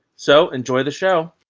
so enjoy the show